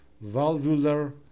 valvular